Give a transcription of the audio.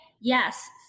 yes